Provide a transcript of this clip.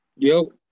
Yo